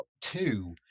two